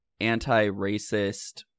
anti-racist